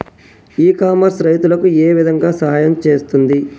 ఇ commerce రైతులకు ఏ విధంగా సహాయం చేస్తుంది?